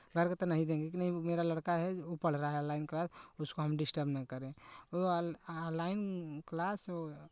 घर के तो नहीं देंगे कि नहीं मेरा लड़का है ओ पढ़ रहा है ऑनलाइन क्लास उसको हम डिस्टर्ब ना करें वो ऑनलाइन क्लास वो